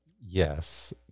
Yes